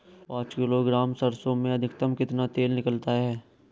पाँच किलोग्राम सरसों में अधिकतम कितना तेल निकलता है?